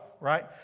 right